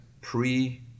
pre